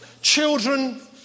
Children